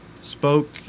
spoke